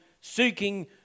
seeking